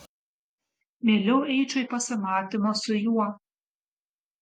mieliau eičiau į pasimatymą su juo